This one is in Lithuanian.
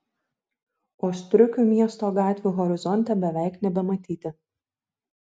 o striukių miesto gatvių horizonte beveik nebematyti